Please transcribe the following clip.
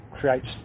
creates